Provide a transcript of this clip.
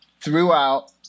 throughout